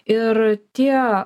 ir tie